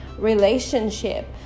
relationship